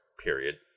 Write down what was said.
Period